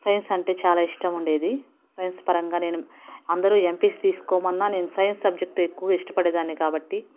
science అంటే చాలా ఇష్టం ఉండేది సైన్స్ పరంగా నేను అందరూ ఎంపీసీ తీసుకోమన్నా నేను సైన్స్ సబ్జెక్ట్ ఎక్కువగా ఇష్టపడేదాన్ని కాబట్టి